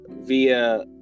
via